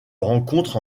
rencontre